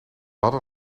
hadden